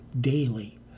daily